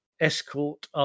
Escort